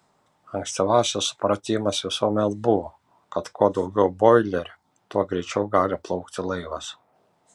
ankstyvasis supratimas visuomet buvo kad kuo daugiau boilerių tuo greičiau gali plaukti laivas